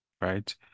right